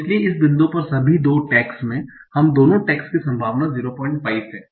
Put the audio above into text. इसलिए इस बिंदु पर सभी दो टैग्स में हम दोनों टैग्स की संभावना 05 है